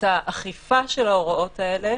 את האכיפה של ההוראות האלה